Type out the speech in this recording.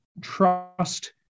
trust